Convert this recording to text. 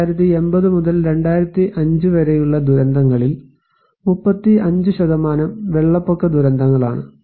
1980 മുതൽ 2005 വരെയുള്ള ദുരന്തങ്ങളിൽ 35 വെള്ളപ്പൊക്ക ദുരന്തങ്ങളാണ്